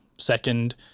Second